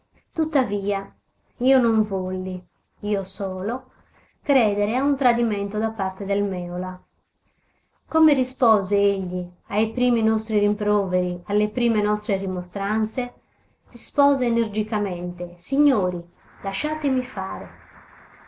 tuttavia io non volli io solo credere a un tradimento da parte del mèola come rispose egli ai primi nostri rimproveri alle prime nostre rimostranze rispose energicamente signori lasciatemi fare